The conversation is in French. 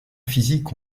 physiques